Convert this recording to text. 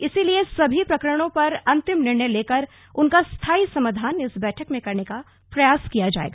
इसलिए सभी प्रकरणों पर अंतिम निर्णय लेकर उनका स्थायी समाधान इस बैठक में करने का प्रयास किया जाएगा